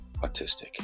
autistic